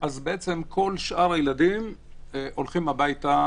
בעצם כל שאר הילדים הולכים הביתה